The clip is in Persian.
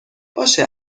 باشه